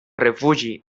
refugi